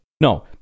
No